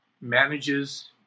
manages